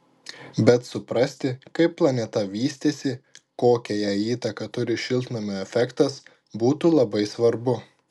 bet suprasti kaip planeta vystėsi kokią jai įtaką turi šiltnamio efektas būtų labai svarbu